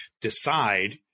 decide